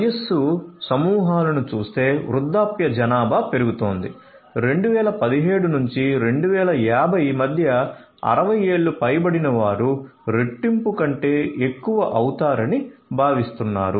వయస్సు సమూహాలను చూస్తే వృద్ధాప్య జనాభా పెరుగుతోంది 2017 నుండి 2050 మధ్య 60 ఏళ్లు పైబడిన వారు రెట్టింపు కంటే ఎక్కువ అవుతారని భావిస్తున్నారు